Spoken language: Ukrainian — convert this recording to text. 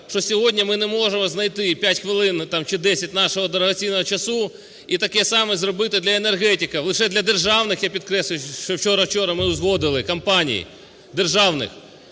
що сьогодні ми не можемо знайти 5 хвилин, там, чи 10 нашого дорогоцінного часу і таке саме зробити для енергетиків, лише для державних - я підкреслюю, що вчора ми узгодили, компаній державних,